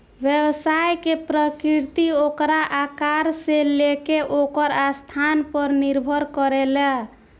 व्यवसाय के प्रकृति ओकरा आकार से लेके ओकर स्थान पर निर्भर करेला